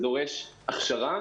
זה דורש הכשרה.